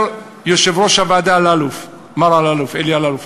אומר יושב-ראש הוועדה מר אלי אלאלוף: